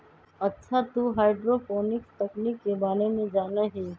अच्छा तू हाईड्रोपोनिक्स तकनीक के बारे में जाना हीं?